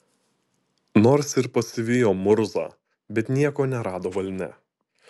nors ir pasivijo murzą bet nieko nerado balne